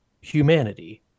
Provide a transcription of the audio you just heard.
humanity